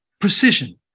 precision